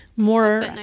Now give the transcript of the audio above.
More